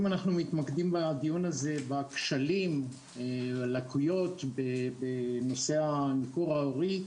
אם אנחנו מתמקדים בדיון הזה בכשלים והלקויות בנושא הניכור ההורי,